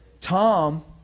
Tom